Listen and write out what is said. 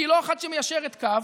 כי היא לא אחת שמיישרת קו,